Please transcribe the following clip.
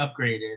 upgraded